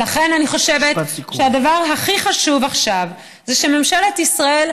ולכן אני חושבת שהדבר הכי חשוב עכשיו זה שממשלת ישראל,